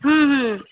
হুম হুম